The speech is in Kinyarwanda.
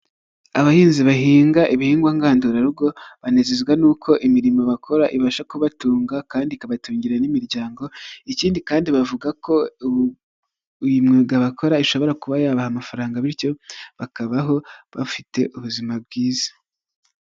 Abahinzi bahinga ibihingwa ngandurarugo banezezwa n'uko imirimo bakora ibasha kubatunga kandi ikabatungira n'imiryango, ikindi kandi bavuga ko iyi myuga bakora ishobora kuba yabaha amafaranga bityo bakabaho bafite ubuzima bwiza.